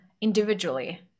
individually